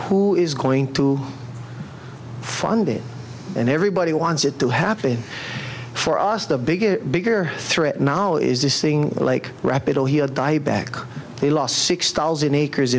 who is going to fund it and everybody wants it to happen for us the bigger bigger threat now is this thing like wrap it all here die back they lost six thousand acres